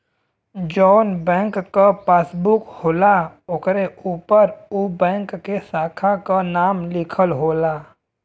जौन बैंक क पासबुक होला ओकरे उपर उ बैंक के साखा क नाम लिखल होला